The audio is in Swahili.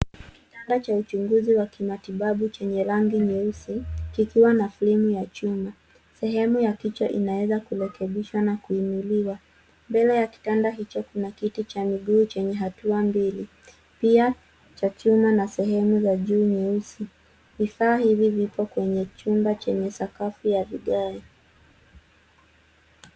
Kitanda cha uchunguzi wa kimatibabu chenye rangi nyeusi kikiwa na sehemu ya chuma. Sehemu ya kichwa inaweza kurekebishwa na kuinuliwa. Mbele ya kitanda hicho kuna kiti cha miguu chenye hatua mbili, pia cha chuma na sehemu za juu nyeusi. Vifaa hivi vipo kwenye chumba chenye sakafu ya vigae.